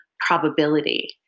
probability